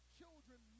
children